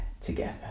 together